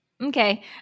okay